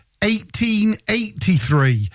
1883